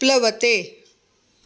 प्लवते